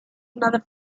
another